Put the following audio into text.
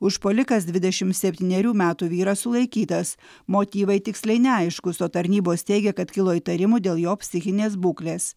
užpuolikas dvidešim septynerių metų vyras sulaikytas motyvai tiksliai neaiškūs o tarnybos teigia kad kilo įtarimų dėl jo psichinės būklės